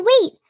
wait